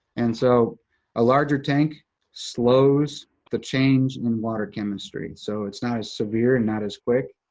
and so a larger tank slows the change in water chemistry, so it's not as severe and not as quick.